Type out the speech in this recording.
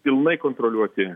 pilnai kontroliuoti